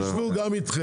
הם יישבו גם אתכם.